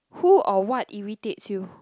who or what irritates you